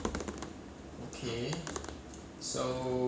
then 我跟我 bei ge 讲他的 !walao! eh you eat expired ice cream for what